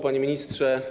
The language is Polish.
Panie Ministrze!